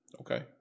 okay